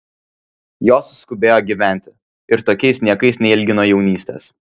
jos skubėjo gyventi ir tokiais niekais neilgino jaunystės